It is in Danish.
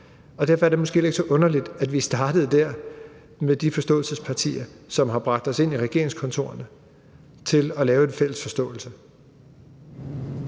Derfor er det måske heller ikke så underligt, at vi startede der, altså med partierne bag forståelsespapirerne, som har bragt os ind i regeringskontorerne, i forhold til at lave en fælles forståelse.